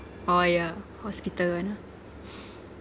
oh yeah hospital one ah